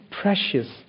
precious